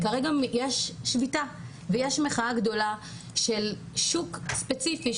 כרגע יש שביתה ויש מחאה גדולה של שוק ספציפי,